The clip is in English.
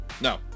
No